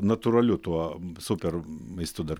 natūraliu tuo super maistu dar